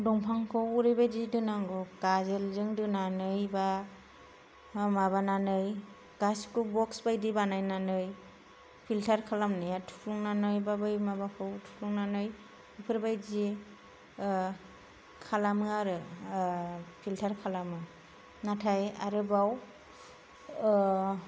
दंफांखौ ओरैबायदि दोनांगौ गाजोलजों दोनानै बा माबानानै गासैखौबो बक्स बायदि बानायनानै फिलतार खालामनाया थुफ्लंनानै बा बै माबाखौ थुफ्लंनानै बेफोरबादि खालामो आरो फिलतार खालामो नाथाय आरोबाव